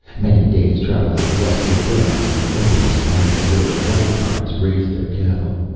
many days' traveling to the west will bring us to the open savannas, where the black tribes graze their cattle.